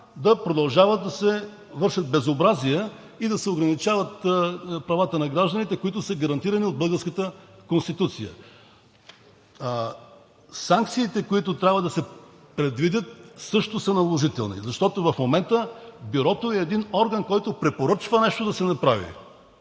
да продължава да върши безобразия и да се ограничават правата на гражданите, които са гарантирани от българската Конституция. Санкциите, които трябва да се предвидят, също са наложителни, защото в момента Бюрото е един орган, който препоръчва нещо да се направи,